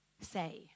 say